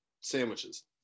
sandwiches